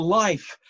life